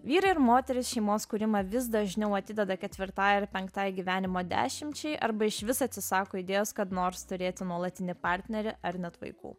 vyrai ir moterys šeimos kūrimą vis dažniau atideda ketvirtai ar penktai gyvenimo dešimčiai arba išvis atsisako idėjos kad nors turėti nuolatinį partnerį ar net vaikų